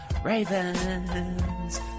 ravens